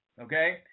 okay